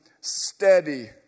steady